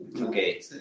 Okay